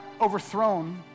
overthrown